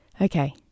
Okay